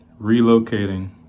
Relocating